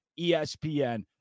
ESPN